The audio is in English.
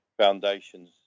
foundations